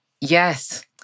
Yes